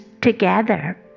together